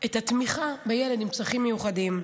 את התמיכה בילד עם צרכים מיוחדים.